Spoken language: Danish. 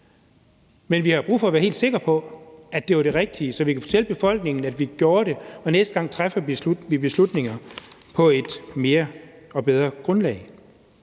Men vi har brug for at være helt sikre på, at det var det rigtige, så vi kan fortælle befolkningen, at vi gjorde det rigtige, og næste gang træffe beslutninger på et mere oplyst og bedre grundlag.